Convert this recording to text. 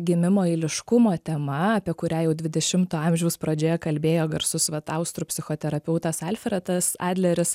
gimimo eiliškumo tema apie kurią jau dvidešimto amžiaus pradžioje kalbėjo garsus vat austrų psichoterapeutas alfretas adleris